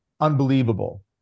unbelievable